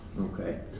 okay